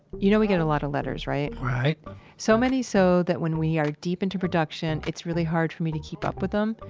you know we get a lot of letters, right? right so many so that when we are deep into production, it's really hard for me to keep up with em.